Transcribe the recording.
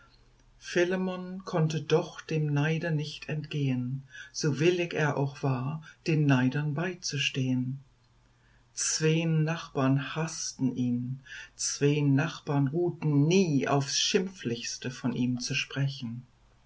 philemon konnte doch dem neide nicht entgehen so willig er auch war den neidern beizustehen zween nachbarn haßten ihn zween nachbarn ruhten nie aufs schimpflichste von ihm zu sprechen